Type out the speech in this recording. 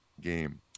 game